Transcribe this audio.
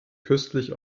köstlich